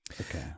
Okay